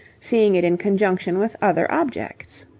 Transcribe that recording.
seeing it in conjunction with other objects.